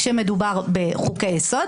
כשמדובר בחוקי-יסוד,